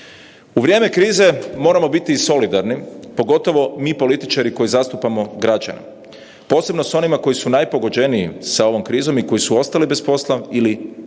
U vrijeme krize moramo biti solidarni, pogotovo mi političari koji zastupamo građane, posebno s onima koji su najpogođeniji s ovom krizom i koji su ostali bez posla ili otišli